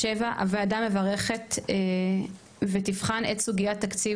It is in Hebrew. הוועדה מברכת ותבחן את סוגיית תקציב